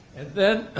then,